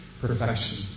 perfection